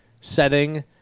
setting